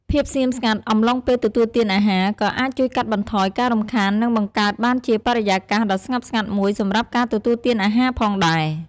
ភាពស្ងៀមស្ងាត់អំឡុងពេលទទួលទានអាហារក៏អាចជួយកាត់បន្ថយការរំខាន និងបង្កើតបានជាបរិយាកាសដ៏ស្ងប់ស្ងាត់មួយសម្រាប់ការទទួលទានអាហារផងដែរ ។